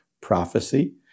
prophecy